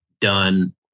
done